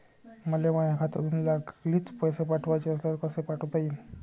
मले माह्या खात्यातून लागलीच पैसे पाठवाचे असल्यास कसे पाठोता यीन?